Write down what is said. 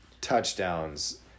touchdowns